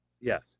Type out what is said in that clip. yes